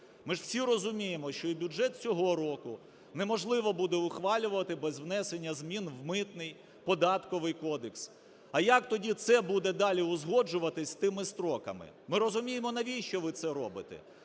Ми ж всі розуміємо, що і бюджет цього року неможливо буде ухвалювати без внесення змін в Митний, Податковий кодекс. А як тоді це буде далі узгоджуватися з тими строками? Ми розуміємо, навіщо ви це робите: